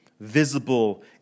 Visible